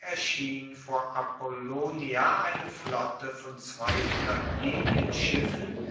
erschien vor apollonia eine flotte von